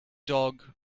dog